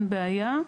בעיה.